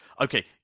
Okay